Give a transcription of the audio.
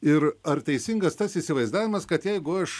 ir ar teisingas tas įsivaizdavimas kad jeigu aš